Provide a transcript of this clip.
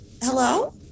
hello